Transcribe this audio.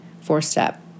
four-step